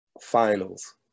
finals